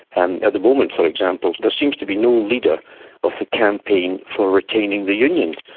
and at the moment, for example, there seems to be no leader of the campaign for retaining the union.